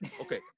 Okay